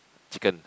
chicken